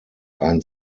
ein